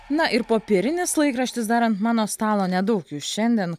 na ir popierinis laikraštis dar ant mano stalo nedaug jų šiandien